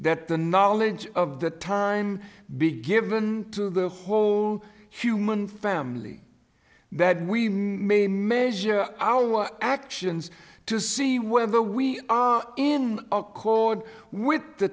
that the knowledge of the time be given to the whole human family that we may measure our actions to see whether we are in accord with the